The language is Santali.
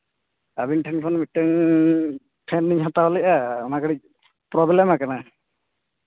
ᱟᱹᱵᱤᱱ ᱴᱷᱮᱱ ᱠᱷᱚᱱ ᱢᱤᱫᱴᱟᱹᱱ ᱯᱷᱮᱱ ᱞᱤᱧ ᱦᱟᱛᱟᱣ ᱞᱮᱫᱼᱟ ᱚᱱᱟ ᱠᱟᱹᱴᱤᱡ ᱯᱨᱚᱵᱞᱮᱢ ᱟᱠᱟᱱᱟ